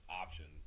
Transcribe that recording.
option